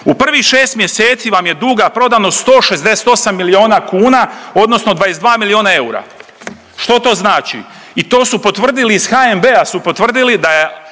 u pravih šest mjeseci vam je duga prodano 168 milijuna kuna odnosno 22 milijuna eura. Što to znači? I to su potvrdili iz HNB-a su potvrdili da je